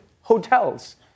hotels